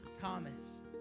Thomas